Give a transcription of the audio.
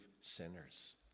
sinners